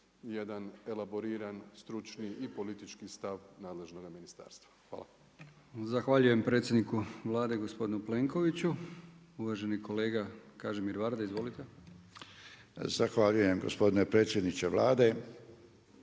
jedan elaboriran stručni i politički stav nadležnog ministarstva. Hvala. **Brkić, Milijan (HDZ)** Zahvaljujem predsjedniku Vlade gospodinu Plenkoviću. Uvaženi kolega Kažimir Varda. Izvolite. **Varda, Kažimir (SMSH)** Zahvaljujem gospodine predsjedniče Vlade